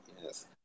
yes